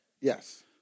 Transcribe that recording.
Yes